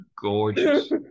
gorgeous